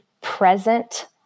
present